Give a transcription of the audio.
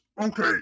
okay